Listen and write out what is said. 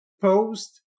post